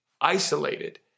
isolated